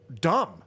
dumb